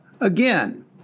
Again